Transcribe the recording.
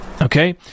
Okay